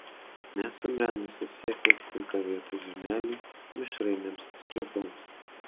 nesubrendusios sėklos tinka vietoj žirnelių mišrainėms sriuboms